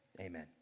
Amen